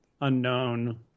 unknown